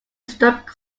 struck